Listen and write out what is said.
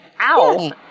Ow